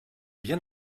bien